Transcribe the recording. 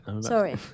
Sorry